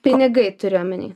pinigai turi omeny